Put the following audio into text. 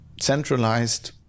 centralized